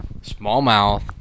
smallmouth